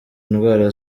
indwara